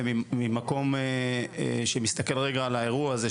ממקום שמסתכל רגע על האירוע הזה,